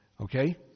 Okay